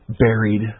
buried